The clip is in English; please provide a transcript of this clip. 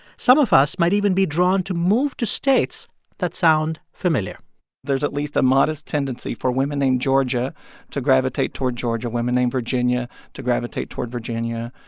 some of us might even be drawn to move to states that sound familiar there's at least a modest tendency for women named georgia to gravitate toward georgia, women named virginia to gravitate toward virginia,